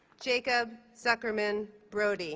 jacob zuckerman broude ah